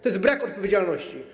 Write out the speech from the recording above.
To jest brak odpowiedzialności.